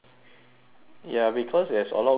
ya because there's a lot good food there